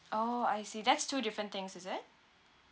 orh I see that's two different things is it